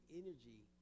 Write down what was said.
energy